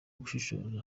gushishoza